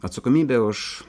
atsakomybė už